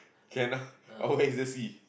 can ah but where is the sea